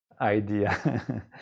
idea